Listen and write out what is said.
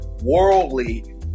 worldly